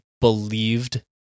believed